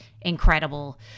incredible